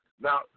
Now